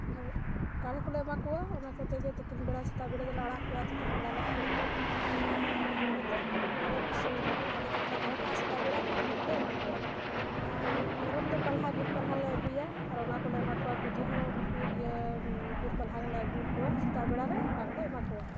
ᱟᱨ ᱠᱟᱲᱮ ᱠᱚᱞᱮ ᱮᱢᱟ ᱠᱚᱣᱟ ᱚᱱᱟ ᱠᱚᱛᱮ ᱜᱮ ᱛᱤᱠᱤᱱ ᱵᱮᱲᱟ ᱥᱮᱛᱟᱜ ᱵᱮᱲᱟ ᱫᱚᱞᱮ ᱟᱲᱟᱜ ᱠᱚᱣᱟ ᱛᱤᱠᱤᱱ ᱵᱮᱲᱟ ᱞᱮ ᱠᱷᱟᱹᱲ ᱠᱚᱣᱟ ᱟᱨ ᱠᱷᱟᱹᱲ ᱠᱟᱛᱮᱫ ᱚᱱᱟ ᱨᱮ ᱵᱩᱥᱩᱵ ᱞᱩᱵᱩᱜ ᱦᱮᱰᱮᱡ ᱠᱟᱛᱮ ᱞᱮ ᱫᱚᱦᱚ ᱠᱟᱜᱼᱟ ᱥᱮᱛᱟᱜ ᱵᱮᱲᱟ ᱨᱮ ᱚᱱᱟ ᱠᱚᱞᱮ ᱮᱢᱟ ᱠᱚᱣᱟ ᱟᱨ ᱢᱮᱨᱚᱢ ᱫᱚ ᱯᱟᱞᱦᱟ ᱵᱤᱨ ᱯᱟᱞᱦᱟ ᱞᱮ ᱟᱹᱜᱩᱭᱟ ᱟᱨ ᱚᱱᱟ ᱠᱚᱞᱮ ᱮᱢᱟ ᱠᱚᱣᱟ ᱵᱷᱤᱰᱤ ᱦᱚᱸ ᱵᱤᱨ ᱤᱭᱟᱹ ᱵᱤᱨ ᱯᱟᱞᱦᱟ ᱜᱮᱞᱮ ᱟᱹᱜᱩᱣᱟᱠᱚᱣᱟ ᱥᱮᱛᱟᱜ ᱵᱮᱲᱟ ᱨᱮ ᱚᱱᱟ ᱠᱚᱞᱮ ᱮᱢᱟ ᱠᱚᱣᱟ